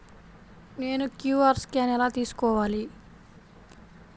నేను QR scan ఎలా తీసుకోవాలి?